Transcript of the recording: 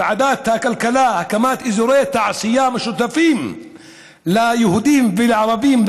ועדת הכלכלה דנה בהקמת אזורי תעשייה משותפים ליהודים ולערבים,